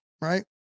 right